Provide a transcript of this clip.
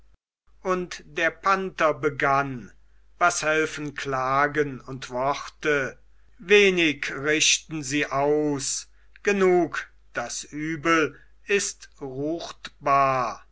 und der panther begann was helfen klagen und worte wenig richten sie aus genug das übel ist